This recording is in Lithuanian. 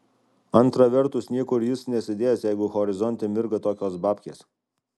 antra vertus niekur jis nesidės jeigu horizonte mirga tokios babkės